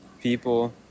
people